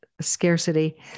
scarcity